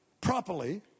properly